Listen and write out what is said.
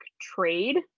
trade